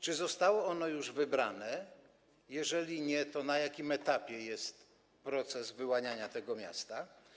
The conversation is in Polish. Czy zostało ono już wybrane, a jeżeli nie, to na jakim etapie jest proces wyłaniania tego miasta?